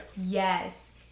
yes